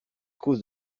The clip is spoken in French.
cause